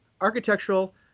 architectural